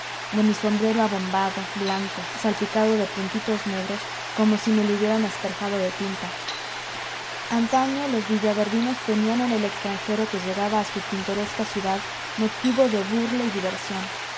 de mi sombrero abombado blanco salpicado de puntitos negros como si me le hubieran asperjado de tinta antaño los villaverdinos tenían en el extranjero que llegaba a su pintoresca ciudad motivo de burla y diversión